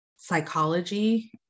psychology